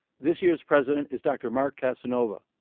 this year's president is dr. mark casanova,